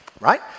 right